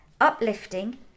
uplifting